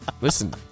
Listen